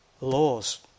laws